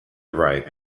write